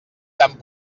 tan